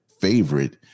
favorite